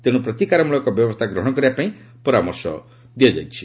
ତେଣୁ ପ୍ରତିକାର ମୂଳକ ବ୍ୟବସ୍ଥା ଗ୍ରହଣ କରିବା ପାଇଁ ପରାମର୍ଶ ଦିଆଯାଇଛି